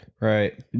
Right